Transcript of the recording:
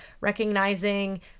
recognizing